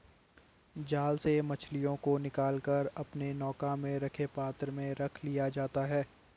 जाल से मछलियों को निकाल कर अपने नौका में रखे पात्र में रख लिया जाता है